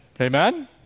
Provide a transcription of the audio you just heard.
Amen